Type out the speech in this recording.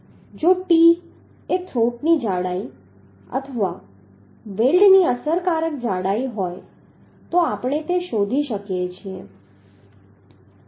જો t એ થ્રોટની જાડાઈ અથવા વેલ્ડની અસરકારક જાડાઈ હોય તો આપણે શોધી શકીએ છીએ